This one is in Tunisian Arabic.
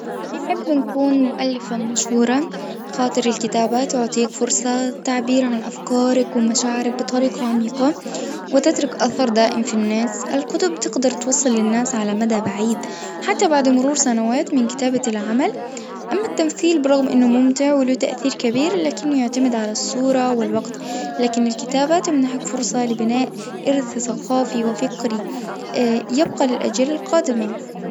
نحب نكون مؤلفة مشهورة خاطر الكتابة تعطيك فرصة للتعبير عن أفكارك ومشاعرك بطريقة عميقة وتترك أثر دائم في الناس الكتب تقدر توصل للناس على مدى بعيد حتى بعد مرور سنوات من كتابة العمل أما التمثيل برغم إنه ممتع وله تأثير كبير لكنه يعتمد على الصورة والوقت، لكن الكتابة تمنحك فرصة لبناء إرث ثقافي وفكري يبقى للأجيال القادمة.